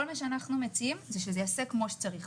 כל מה שאנחנו מציעים זה שזה ייעשה כמו שצריך.